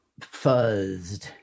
fuzzed